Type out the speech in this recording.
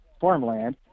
farmland